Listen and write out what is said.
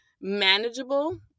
manageable